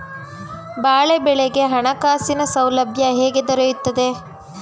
ಬಾಳೆ ಬೆಳೆಗೆ ಹಣಕಾಸಿನ ಸೌಲಭ್ಯ ಹೇಗೆ ದೊರೆಯುತ್ತದೆ?